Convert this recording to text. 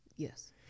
Yes